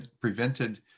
prevented